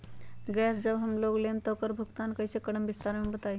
Gas जब हम लोग लेम त उकर भुगतान कइसे करम विस्तार मे बताई?